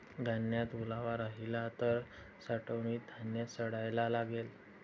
धान्यात ओलावा राहिला तर साठवणीत धान्य सडायला लागेल